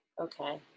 Okay